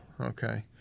Okay